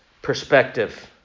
perspective